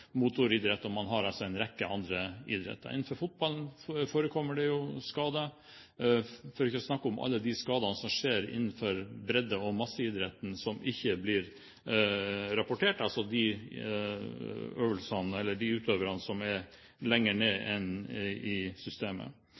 og man har en rekke andre idretter. Innenfor fotball forekommer det skader, for ikke å snakke om alle de skadene som skjer innenfor bredde- og masseidretten som ikke blir rapportert, altså det som gjelder de utøverne som er lenger ned i systemet.